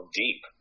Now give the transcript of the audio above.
deep